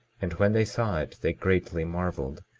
and when they saw it they greatly marveled,